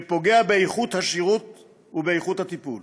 שפוגע באיכות השירות והטיפול.